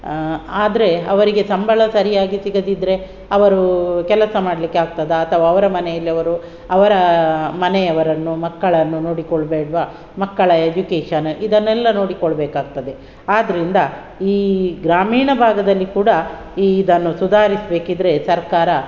ಆದರೆ ಅವರಿಗೆ ಸಂಬಳ ಸರಿಯಾಗಿ ಸಿಗದಿದ್ದರೆ ಅವರು ಕೆಲಸ ಮಾಡಲಿಕ್ಕೆ ಆಗ್ತದ ಅಥವಾ ಅವರ ಮನೆಯಲ್ಲಿ ಅವರು ಅವರ ಮನೆಯವರನ್ನು ಮಕ್ಕಳನ್ನು ನೋಡಿಕೊಳ್ಳಬೇಡ್ವ ಮಕ್ಕಳ ಎಜುಕೇಷನ್ ಇದನ್ನೆಲ್ಲ ನೋಡಿಕೊಳ್ಳಬೇಕಾಗ್ತದೆ ಆದ್ದರಿಂದ ಈ ಗ್ರಾಮೀಣ ಭಾಗದಲ್ಲಿ ಕೂಡ ಈ ಇದನ್ನು ಸುಧಾರಿಸಬೇಕಿದ್ರೆ ಸರ್ಕಾರ